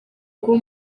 kuba